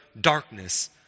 darkness